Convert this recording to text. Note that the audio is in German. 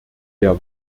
der